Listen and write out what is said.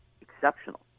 exceptional